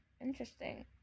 interesting